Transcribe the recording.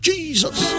Jesus